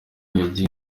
yagiye